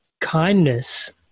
kindness